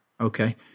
okay